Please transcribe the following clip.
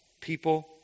people